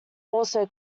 also